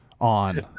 on